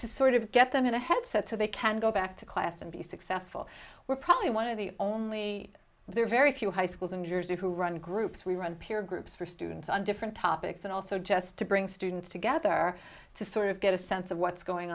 to sort of get them in a headset so they can go back to class and be successful we're probably one of the only there are very few high schools in jersey who run groups we run peer groups for students on different topics and also just to bring students together to sort of get a sense of what's going